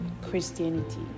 Christianity